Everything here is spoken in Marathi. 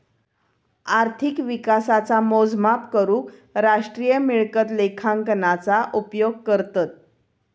अर्थिक विकासाचा मोजमाप करूक राष्ट्रीय मिळकत लेखांकनाचा उपयोग करतत